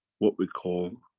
what we call,